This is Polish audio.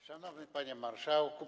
Szanowny Panie Marszałku!